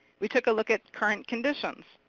we took a look at current conditions,